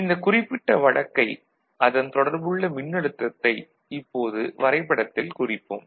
இந்தக் குறிப்பிட்ட வழக்கை அதன் தொடர்புள்ள மின்னழுத்தத்தை இப்போது வரைபடத்தில் குறிப்போம்